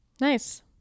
Nice